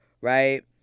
right